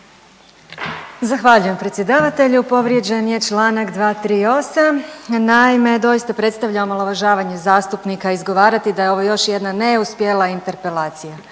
Zahvaljujem predsjedavatelju. Povrijeđen je čl. 238. naime, doista predstavlja omalovažavanje zastupnika izgovarati da je ovo još jedna neuspjela interpelacija,